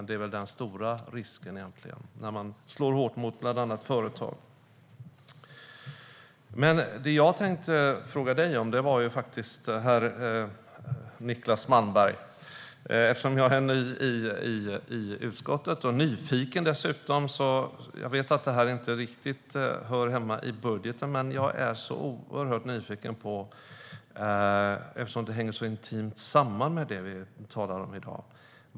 Det är väl den stora risken när man slår hårt mot bland annat företag. Men jag tänkte fråga dig om något annat, Niclas Malmberg, eftersom jag är ny i utskottet och dessutom nyfiken. Jag vet att det inte riktigt hör hemma i budgeten, men jag är oerhört nyfiken på det eftersom det hänger så intimt samman med det vi talar om i dag.